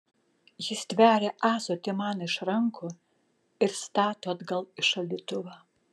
ji stveria ąsotį man iš rankų ir stato atgal į šaldytuvą